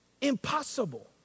Impossible